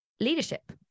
leadership